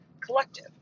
collective